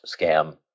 scam